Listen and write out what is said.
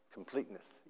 Completeness